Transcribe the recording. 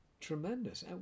tremendous